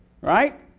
right